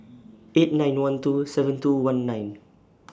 eight nine one two seven two one nine